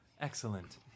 Excellent